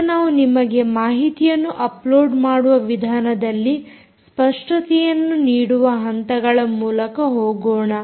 ಈಗ ನಾವು ನಮಗೆ ಮಾಹಿತಿಯನ್ನು ಅಪ್ಲೋಡ್ ಮಾಡುವ ವಿಧಾನದಲ್ಲಿ ಸ್ಪಷ್ಟತೆಯನ್ನು ನೀಡುವ ಹಂತಗಳ ಮೂಲಕ ಹೋಗೋಣ